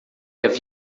havia